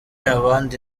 abandi